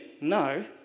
no